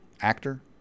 actor